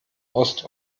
ost